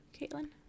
caitlin